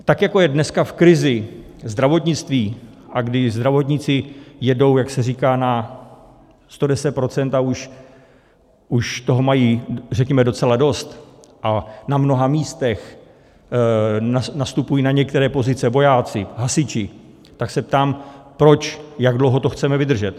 Tak jako je dneska v krizi zdravotnictví a kdy zdravotníci jedou, jak se říká, na 110 %, a už toho mají, řekněme, docela dost, na mnoha místech nastupují na některé pozice vojáci, hasiči, tak se ptám, jak dlouho to nechceme vydržet?